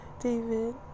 David